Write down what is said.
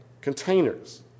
containers